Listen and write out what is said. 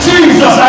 Jesus